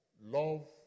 Love